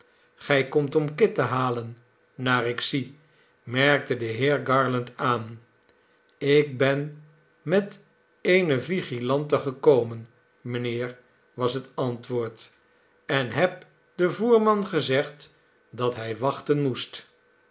gij komt om kit te halen naar ik zie merkte de heer garland aan ik ben met eene vigilante gekomen mijnheer was het antwoord en heb den voerman gezegd dat hij wachten moest